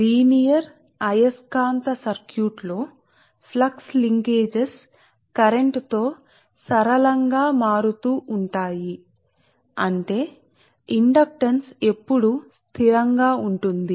linear magnetic circuit లో flux linkages అనుసంధానాలు సరేసరళీయంగా మారుతూ ఉంటాయి అంటే ఇండక్టెన్స్ ఎల్లప్పుడూ స్థిరంగా ఉంటుంది